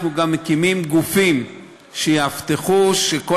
אנחנו גם מקימים גופים שיבטיחו שכל